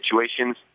situations